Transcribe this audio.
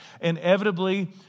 inevitably